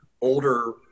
older